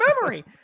memory